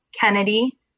Kennedy